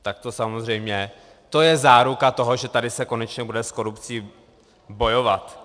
Tak to samozřejmě, to je záruka toho, že tady se konečně bude s korupcí bojovat.